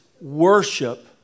worship